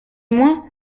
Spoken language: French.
moins